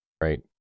right